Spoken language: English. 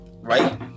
right